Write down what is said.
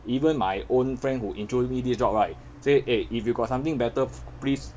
even my own friend who intro me this job right say eh if you got something better please